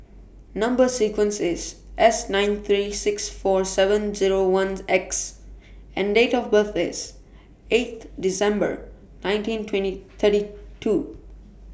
Number sequence IS S nine three six four seven Zero one X and Date of birth IS eighth December nineteen twenty thirty two